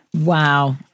Wow